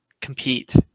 compete